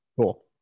Cool